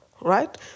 right